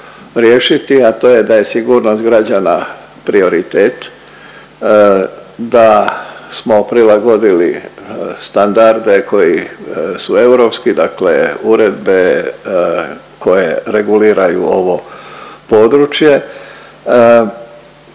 a to je da je sigurnost građana prioritet, da smo prilagodili standarde koji su europski, dakle uredbe koje reguliraju ovo područje,